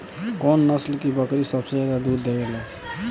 कौन नस्ल की बकरी सबसे ज्यादा दूध देवेले?